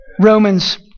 Romans